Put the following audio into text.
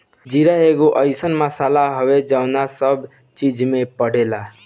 जीरा एगो अइसन मसाला हवे जवन सब चीज में पड़ेला